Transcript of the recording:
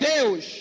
Deus